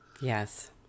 yes